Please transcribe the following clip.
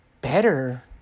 better